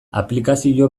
aplikazio